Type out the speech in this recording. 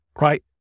Right